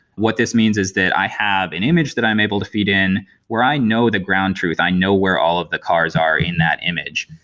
what this means is that i have an image that i'm able to feed in where i know the ground truth, i know where all of the cars are in that image.